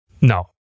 No